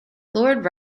lord